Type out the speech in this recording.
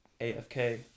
AFK